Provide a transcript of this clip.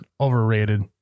overrated